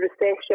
recession